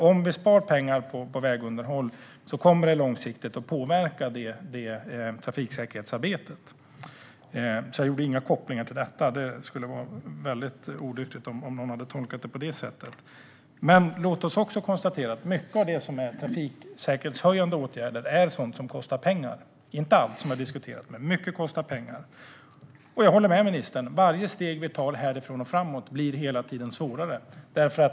Om vi spar pengar på vägunderhåll kommer det långsiktigt att påverka trafiksäkerhetsarbetet. Jag gjorde alltså inte några sådana kopplingar. Det vore väldigt olyckligt om någon hade tolkat det på det sättet. Mycket av det som är trafiksäkerhetshöjande åtgärder kostar pengar - inte allt, men mycket. Jag håller med ministern om att vid varje steg vi tar framåt blir det hela tiden svårare.